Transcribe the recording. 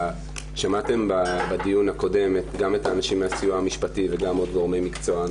שמעתם בדיון הקודם גם את האנשים מהסיוע המשפטי וגם עוד גורמי מקצוע,